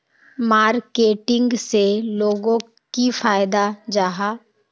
Marketing से लोगोक की फायदा जाहा?